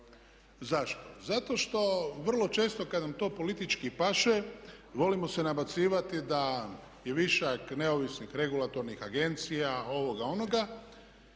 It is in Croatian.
Zašto? Zato što vrlo često kada nam to politički paše volimo se nabacivati da je višak neovisnih regulatornih agencija, ovoga onoga,